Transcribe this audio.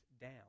down